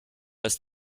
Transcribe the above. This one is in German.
ist